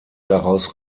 daraus